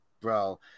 Bro